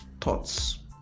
thoughts